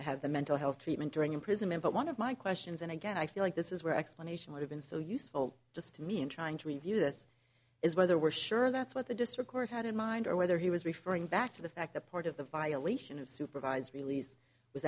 the mental health treatment during imprisonment but one of my questions and again i feel like this is where explanation would have been so useful just me in trying to review this is whether we're sure that's what the district court had in mind or whether he was referring back to the fact that part of the violation of supervised release was